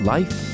Life